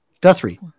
Guthrie